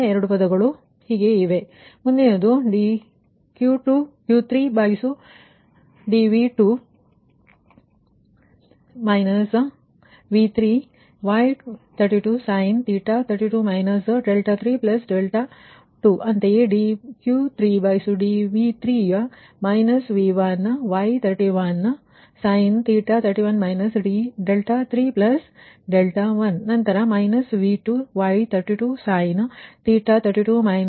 ಮುಂದಿನ 2 ಪದಗಳು ಇವೆ